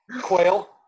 Quail